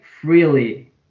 freely